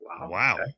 Wow